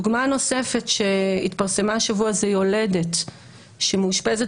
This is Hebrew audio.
דוגמה נוספת שהתפרסמה השבוע זה לגבי יולדת שמאושפזת